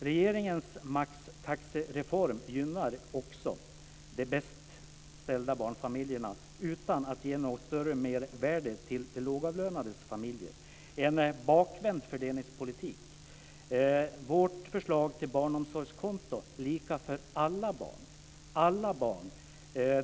Regeringens maxtaxereform gynnar också de bäst ställda barnfamiljerna utan att ge något större mervärde till de lågavlönades familjer - en bakvänd fördelningspolitik. Vårt förslag är ett barnomsorgskonto som är lika för alla barn.